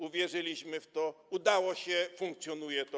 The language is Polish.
Uwierzyliśmy w to, udało się, funkcjonuje to.